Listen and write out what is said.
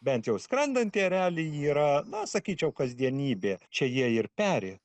bent jau skrendantį erelį yra na sakyčiau kasdienybė čia jie ir peri